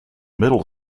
middle